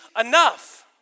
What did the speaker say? enough